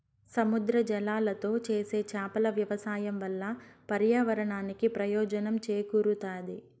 సముద్ర జలాలతో చేసే చేపల వ్యవసాయం వల్ల పర్యావరణానికి ప్రయోజనం చేకూరుతాది